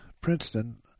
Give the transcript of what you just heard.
Princeton